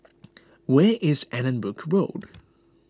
where is Allanbrooke Road